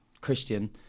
Christian